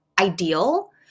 ideal